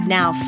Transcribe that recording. Now